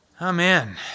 Amen